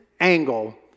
angle